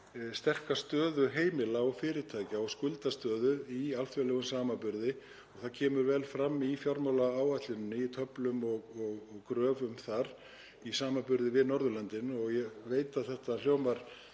sterka stöðu heimila og fyrirtækja og skuldastöðu í alþjóðlegum samanburði og það kemur vel fram í fjármálaáætluninni í töflum og gröfum þar í samanburði við Norðurlöndin. Ég veit að þetta er